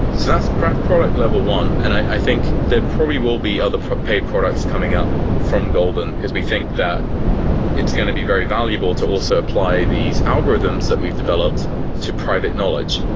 so that's product product level one, and i think there probably will be other paid products coming up from golden, because we think that it's going to be very valuable to also apply these algorithms that we've developed to private knowledge.